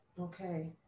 Okay